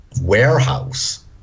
warehouse